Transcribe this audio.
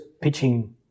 pitching